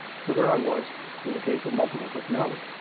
so there i was with a case of multiple personality.